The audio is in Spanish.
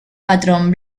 patrón